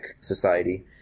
society